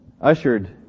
ushered